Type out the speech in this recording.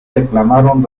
reclamaron